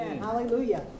Hallelujah